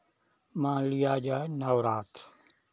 मान लिया जाए नवरात